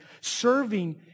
serving